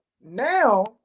now